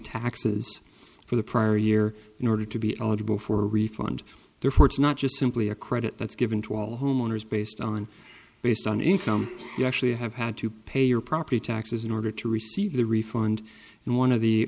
taxes for the prior year in order to be eligible for a refund therefore it's not just simply a credit that's given to all homeowners based on based on income you actually have had to pay your property taxes in order to receive the refund and one of the